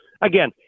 again